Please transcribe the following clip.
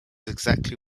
exactly